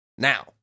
Now